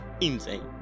insane